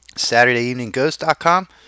saturdayeveningghost.com